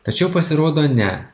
tačiau pasirodo ne